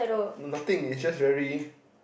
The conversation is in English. no nothing it's just very